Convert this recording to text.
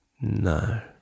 No